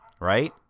Right